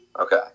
Okay